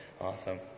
awesome